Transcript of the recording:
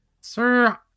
Sir